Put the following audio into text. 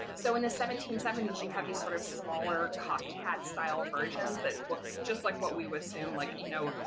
so in the seventeen seventy s you have these sort of smaller cocked-hat style versions that look just like what we would assume like, you know,